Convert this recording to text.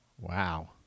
Wow